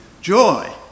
joy